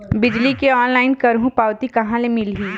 बिजली के ऑनलाइन करहु पावती कहां ले मिलही?